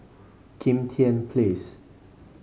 Kim Tian Place